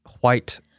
white